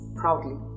proudly